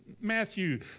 Matthew